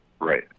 Right